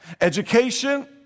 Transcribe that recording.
Education